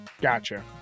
Gotcha